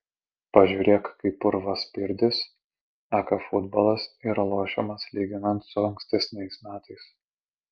pažiūrėk kaip purvaspirdis aka futbolas yra lošiamas lyginant su ankstesniais metais